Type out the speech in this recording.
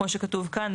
כמו שכתוב כאן,